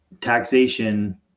taxation